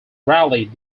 rallied